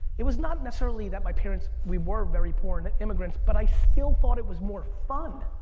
it was not necessarily that my parents, we were very poor and immigrants but i still thought it was more fun